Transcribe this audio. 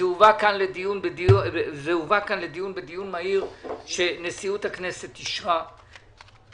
זה הובא לכאן לדיון מהיר שאישרה נשיאות הכנסת ולא